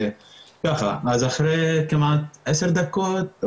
אז אחרי כמעט עשר דקות,